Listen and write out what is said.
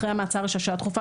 אחרי המעצר יש השעיה דחופה,